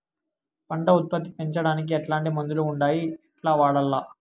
పంట ఉత్పత్తి పెంచడానికి ఎట్లాంటి మందులు ఉండాయి ఎట్లా వాడల్ల?